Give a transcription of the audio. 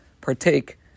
partake